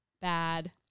bad